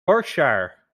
berkshire